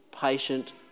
patient